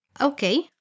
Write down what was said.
Okay